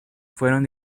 fueron